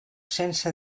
sense